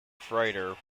freighter